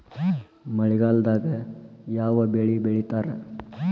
ಮಳೆಗಾಲದಾಗ ಯಾವ ಬೆಳಿ ಬೆಳಿತಾರ?